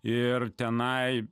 ir tenai